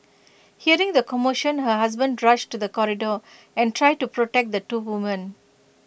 hearing the commotion her husband rushed to the corridor and tried to protect the two women